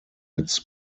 its